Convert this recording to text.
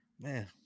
Man